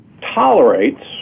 tolerates